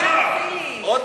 הפעם